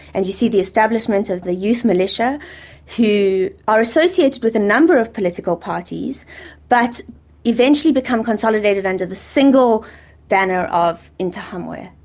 and you see the establishment of youth militia who are associated with a number of political parties but eventually become consolidated under the single banner of interahamwe.